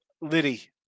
Liddy